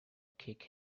kick